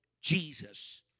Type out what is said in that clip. Jesus